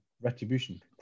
Retribution